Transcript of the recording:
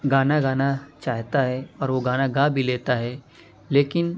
گانا گانا چاہتا ہے اور وہ گانا گا بھی لیتا ہے لیکن